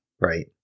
right